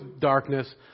darkness